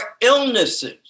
illnesses